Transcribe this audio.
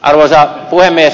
arvoisa puhemies